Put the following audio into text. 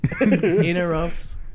Interrupts